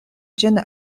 ĝin